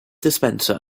dispenser